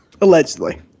Allegedly